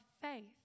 faith